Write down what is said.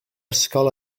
ysgol